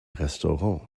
restaurant